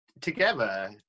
together